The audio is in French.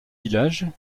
villages